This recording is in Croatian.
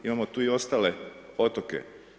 Imamo tu i ostale otoke.